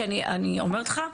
כי אני אומרת לך,